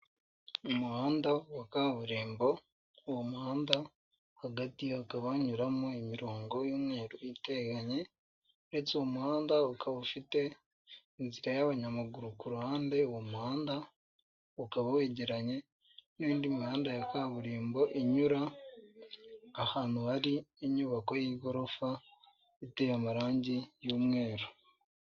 Umuhanda wa kaburimbo uwo muhanda hagati hakaba hanyuramo imirongo y'umweru iteganye ndetse uwo muhanda ukaba ufite inzira y'abanyamaguru ku ruhande, uwo muhanda ukaba wegeranye n'indi mihanda ya kaburimbo inyura ahantu hari inyubako y'igorofa iteye amarangi y'umweru.